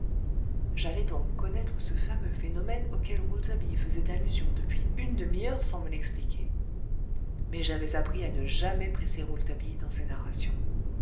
j'allais donc connaître ce fameux phénomène auquel rouletabille faisait allusion depuis une demi-heure sans me l'expliquer mais j'avais appris à ne jamais presser rouletabille dans ses narrations